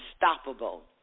unstoppable